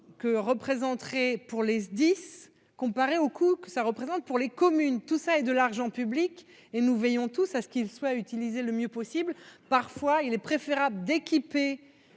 que représenterait pour les SDIS comparé au coût que ça représente pour les communes tout ça et de l'argent public et nous veillons tout ça ce qu'ils soient utilisés le mieux possible, parfois il est préférable d'équiper.